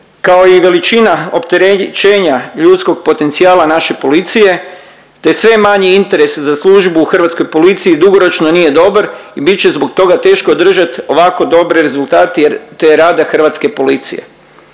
kao i veličina opterećenja ljudskog potencijala naše policije te sve manji interes za službu u hrvatskoj policiji dugoročno nije dobar i bit će zbog toga teško održati ovako dobre rezultate te rada hrvatske policije.